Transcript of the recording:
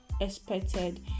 expected